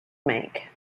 make